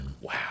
wow